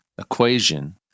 equation